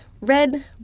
red